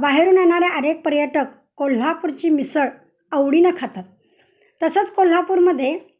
बाहेरून येणाऱ्या अनेक पर्यटक कोल्हापूरची मिसळ आवडीनं खातात तसंच कोल्हापूरमध्ये